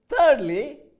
thirdly